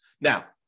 Now